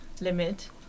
limit